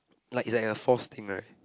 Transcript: like it's like a forced thing right